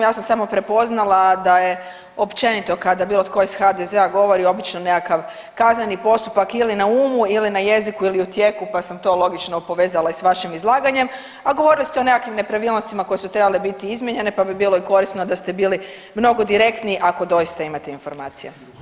Ja sam samo prepoznala da je općenito kada bilo tko iz HDZ-a govori, obično nekakav kazuneni postupak ili na umu ili na jeziku ili u tijeku, pa sam to logično povezala i sa vašim izlaganjem, a govorili ste o nekim nepravilnostima koje su trebale biti izmijenjene pa bi bilo korisno da ste bili mnogo direktni ako doista imate informacije.